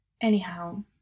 Anyhow